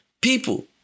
people